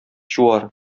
чуар